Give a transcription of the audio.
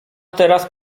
teraz